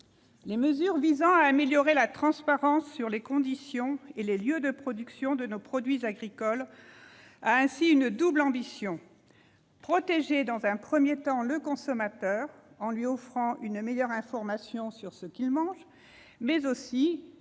Les mesures visant à améliorer la transparence sur les conditions et les lieux de production de nos produits agricoles ont ainsi une double ambition : protéger le consommateur en lui offrant une meilleure information sur ce qu'il mange, mais aussi-